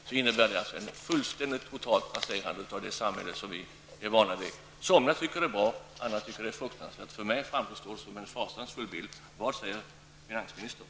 Det innebär ett fullständigt raserande av det samhälle som vi är vana vid. Somliga tycker att detta är bra. Andra tycker att det är fruktansvärt. För mig framstår det som en fasansfull bild. Vad säger finansministern?